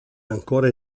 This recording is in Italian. ancora